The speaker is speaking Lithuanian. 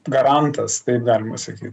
garantas taip galima sakyt